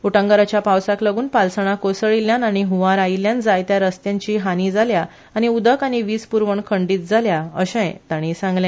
उटंगराच्या पावसाक लागून पालसणां कोसळील्ल्यान आनी ह्वार आयिल्ल्यान जायत्या रस्त्यांची हानी जाल्या आनी उदक आनी वीज प्रवण खंडीत जाल्या अशे तांणी सांगले